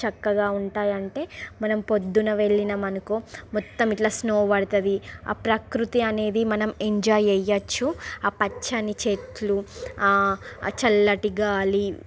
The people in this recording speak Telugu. చక్కగా ఉంటాయి అంటే మనం పొద్దున్న వెళ్లినాం అనుకో మొత్తం ఇట్లా స్నో వడుతుంది ఆ ప్రకృతి అనేది మనం ఎంజాయ్ చేయచ్చు ఆ పచ్చని చెట్లు అ చల్లటి గాలి